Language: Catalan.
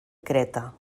creta